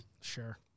Sure